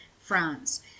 France